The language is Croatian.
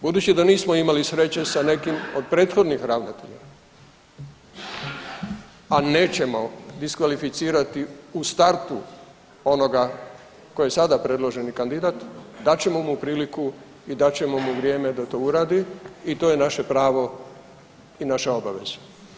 Budući da nismo imali sreće sa nekim od prethodnih ravnatelja, a nećemo diskvalificirati u startu onoga koji je sada predloženi kandidat, dat ćemo mu priliku i dat ćemo mu vrijeme da to uradi i to je naše pravo i naša obaveza.